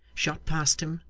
shot past him,